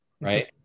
right